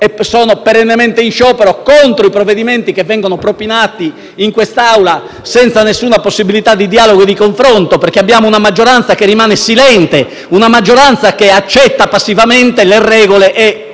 sono perennemente in sciopero contro i provvedimenti che vengono propinati in questa Assemblea, senza alcuna possibilità di dialogo e di confronto, perché abbiamo una maggioranza che rimane silente e accetta passivamente le regole e